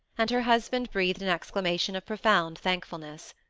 and her husband breathed an exclamation of profound thankfulness.